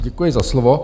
Děkuji za slovo.